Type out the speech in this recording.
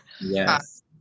yes